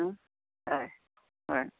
आं हय हय